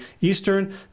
Eastern